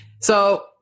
So-